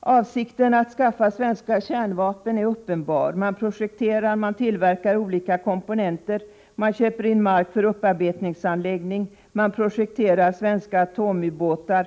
Avsikten att skaffa svenska kärnvapen är uppenbar. Man projekterar, man tillverkar olika komponenter, man köper in mark för upparbetningsanläggning, man projekterar svenska atomubåtar.